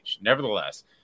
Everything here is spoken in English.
Nevertheless